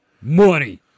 Money